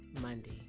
Monday